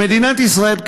במדינת ישראל,